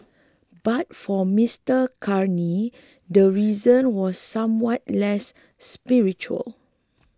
but for Mister Carney the reason was somewhat less spiritual